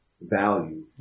value